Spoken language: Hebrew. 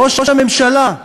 ראש הממשלה,